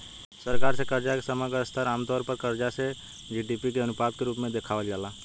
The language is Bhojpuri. सरकार से कर्जा के समग्र स्तर आमतौर पर कर्ज से जी.डी.पी के अनुपात के रूप में देखावल जाला